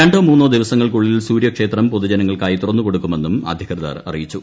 രണ്ടോ മൂന്നോ ദിവസങ്ങൾക്കുള്ളിൽ സൂര്യക്ഷേത്രം പൊതുജനങ്ങൾക്കായി തുറന്നുകൊടു ക്കുമെന്നും അധികൃതർ അറിയിച്ചു